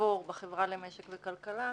תבור בחברה למשק ולכלכלה.